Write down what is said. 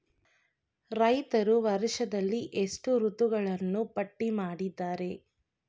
ರೈತರು ವರ್ಷದಲ್ಲಿ ಎಷ್ಟು ಋತುಗಳನ್ನು ಪಟ್ಟಿ ಮಾಡಿದ್ದಾರೆ?